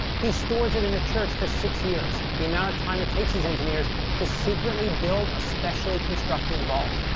he stores it in a church for six years, the amount of time it takes his engineers to secretly build a specially constructed vault,